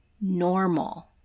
normal